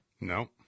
No